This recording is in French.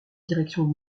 direction